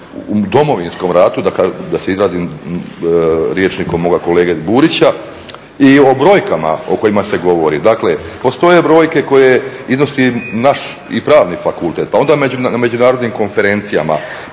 u Domovinskom ratu, da se izrazim rječnikom moga kolege Burića, i o brojkama o kojima se govori. Dakle, postoje brojke koje iznosi naš i Pravni fakultet, pa onda međunarodnim konferencijama,